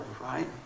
right